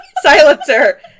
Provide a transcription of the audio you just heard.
silencer